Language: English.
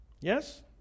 Yes